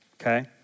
okay